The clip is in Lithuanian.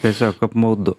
tiesiog apmaudu